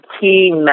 key